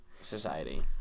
society